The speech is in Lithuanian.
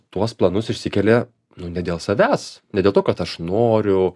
tuos planus išsikelia nu ne dėl savęs ne dėl to kad aš noriu